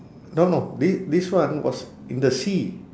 no no thi~ this one was in the sea